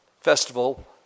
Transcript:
festival